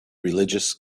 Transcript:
religious